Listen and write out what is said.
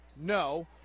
No